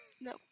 no